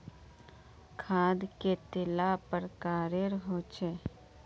खाद कतेला प्रकारेर होचे?